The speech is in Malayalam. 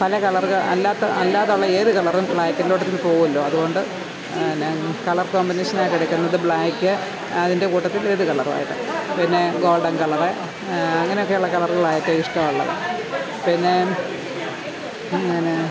പല കളറുക അല്ലാത്ത അല്ലാതെ ഉള്ള ഏത് കളറും ബ്ലാക്കിൻ്റെ കൂട്ടത്തിൽ പോകുമല്ലോ അതുകൊണ്ട് ന കളർ കോമ്പിനേഷൻ ആയിട്ട് എടുക്കുന്നത് ബ്ലാക്ക് അതിൻ്റെ കൂട്ടത്തിൽ ഏത് കളർ ആയാലും പിന്നെ ഗോൾഡൻ കളർ അങ്ങനെയൊക്കെ ഉള്ള കളറുകളായിരിക്കും ഇഷ്ടമുള്ളത് പിന്നെ അങ്ങനെ